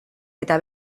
eta